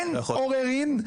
אין עוררין,